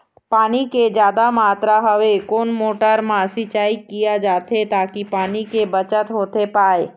पानी के जादा मात्रा हवे कोन मोटर मा सिचाई किया जाथे ताकि पानी के बचत होथे पाए?